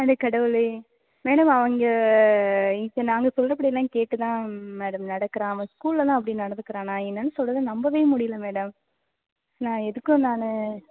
அட கடவுளே மேடம் அவன் இங்கே இங்கே நாங்கள் சொல்லுறப்படிலாம் கேட்டு தான் மேடம் நடக்கறான் அவன் ஸ்கூல்ல எல்லாம் அப்படி நடந்துக்குறானா என்னான்னு சொல்லுறத நம்பவே முடியல மேடம் நான் எதுக்கும் நான்